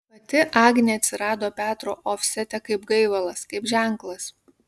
pati agnė atsirado petro ofsete kaip gaivalas kaip ženklas